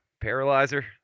paralyzer